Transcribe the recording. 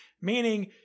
meaning